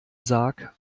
sarg